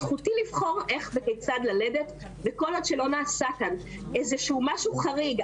זכותי לבחור איך וכיצד ללדת וכל עוד שלא נעשה כאן משהו חריג,